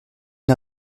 une